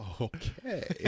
okay